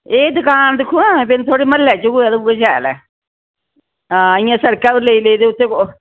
एह् दकान दिक्खो ना जेह्ड़ी बिंद थुआढ़े म्हल्लें च होऐ ते उ'ऐ शैल ऐ हां इ'यां सड़कै पर लेई लेई ते उत्थै